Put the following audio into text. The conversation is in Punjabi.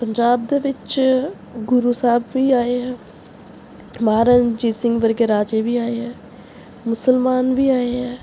ਪੰਜਾਬ ਦੇ ਵਿੱਚ ਗੁਰੂ ਸਾਹਿਬ ਵੀ ਆਏ ਹੈ ਮਹਾਰਾਜਾ ਰਣਜੀਤ ਸਿੰਘ ਵਰਗੇ ਰਾਜੇ ਵੀ ਆਏ ਹੈ ਮੁਸਲਮਾਨ ਵੀ ਆਏ ਹੈ